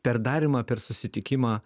per darymą per susitikimą